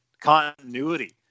continuity